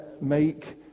make